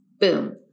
boom